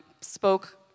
spoke